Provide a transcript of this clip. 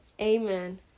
Amen